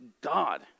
God